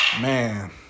Man